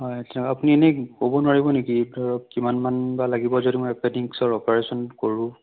হয় আচ্ছা আপুনি এনে ক'ব নোৱাৰিব নেকি ধৰক কিমান মান বা লাগিব যদি মই এপেণ্ডিক্সৰ অপাৰেচন কৰোঁ